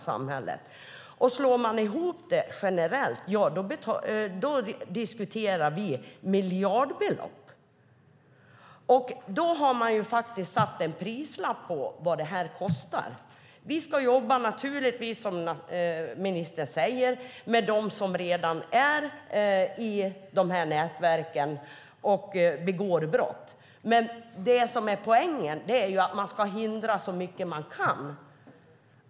Slår man ihop det diskuterar vi miljardbelopp. Då har man faktiskt satt en prislapp på vad det här kostar. Vi ska naturligtvis, som ministern säger, jobba med dem som redan är i de här nätverken och begår brott. Men poängen är att man ska förhindra det så mycket man kan.